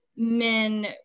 Men